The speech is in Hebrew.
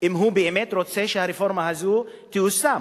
אם הוא באמת רוצה שהרפורמה הזו תיושם.